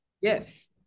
Yes